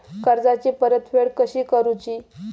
कर्जाची परतफेड कशी करूची?